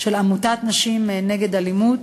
של עמותת "נשים נגד אלימות",